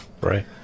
right